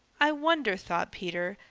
i wonder, thought peter,